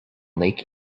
lake